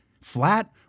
flat